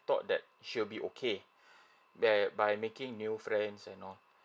thought that she would be okay there by making new friends and all